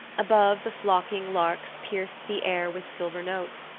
above, the flocking larks pierced the air with silver notes,